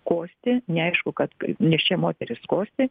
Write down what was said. kosti neaišku kad neščia moteris kosti